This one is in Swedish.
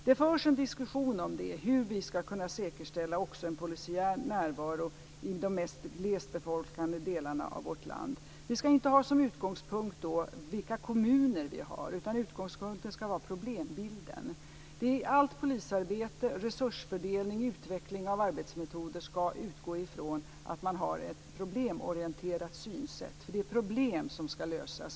Det förs en diskussion om hur vi ska kunna säkerställa en polisiär närvaro också i de mest glesbefolkade delarna av vårt land. Vi ska inte då ha som utgångspunkt vilka kommuner vi har. Utgångspunkten ska vara problembilden. Allt polisarbete, all resursfördelning och all utveckling av arbetsmetoder ska utgå från att man har ett problemorienterat synsätt. Det är problem som ska lösas.